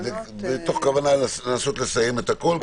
מתוך כוונה לנסות לסיים את הכול?